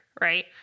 right